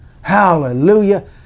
Hallelujah